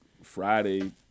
Friday